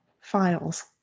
files